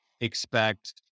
expect